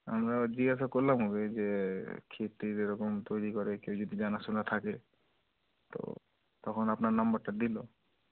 আমরা জিজ্ঞাসা করলাম যে ক্ষীর টীর যেরকম তৈরি করে কেউ যদি জানা শোনা থাকে তো তখন আপনার নাম্বারটা দিলো